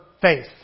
faith